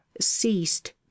ceased